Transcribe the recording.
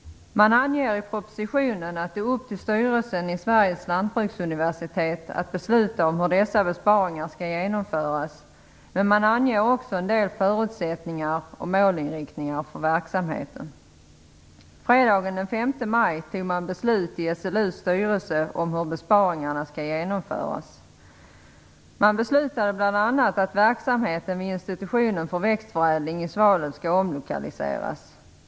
Man anger i propositionen att det är upp till styrelsen för Sveriges lantbruksuniversitet att besluta om hur dessa besparingar skall genomföras, men man anger också en del förutsättningar och målinriktningar för verksamheten. Fredagen den 5 maj fattade man beslut i SLU:s styrelse om hur besparingarna skall genomföras. Man beslutade bl.a. att verksamheten vid institutionen för växtförädling i Svalöv skall omlokaliseras.